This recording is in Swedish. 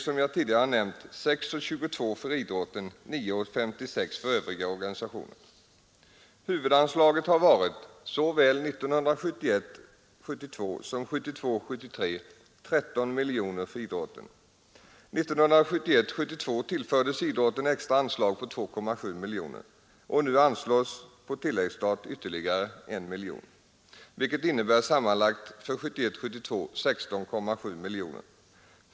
Som jag tidigare nämnt blev det 6:22 för idrotten och 9:56 för övriga organisationer. Huvudanslaget till idrotten har varit 13 miljoner kronor för såväl 1971 73. År 1971 72 innebär 16,7 miljoner.